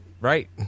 Right